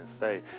say